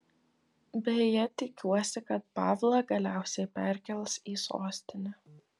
beje tikiuosi kad pavlą galiausiai perkels į sostinę